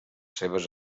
seves